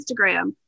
Instagram